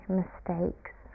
mistakes